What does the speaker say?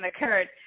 occurred